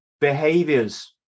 behaviors